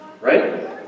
Right